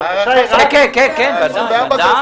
הבקשה היא רק --- כן, כן, ודאי.